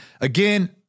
again